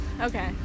okay